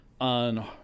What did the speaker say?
on